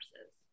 Nurses